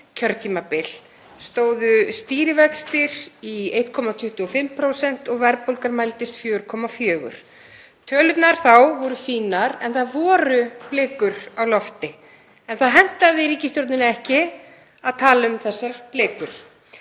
kjörtímabil stóðu stýrivextir í 1,25% og verðbólgan mældist 4,4%. Tölurnar þá voru fínar en það voru blikur á lofti en það hentaði ríkisstjórninni ekki að tala um þessar blikur.